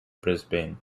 brisbane